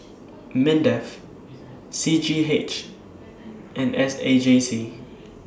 Mindef C G H and S A J C